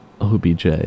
OBJ